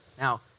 Now